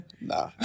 Nah